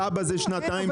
תב"ע זה שנתיים-שלוש.